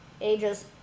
ages